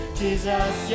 jesus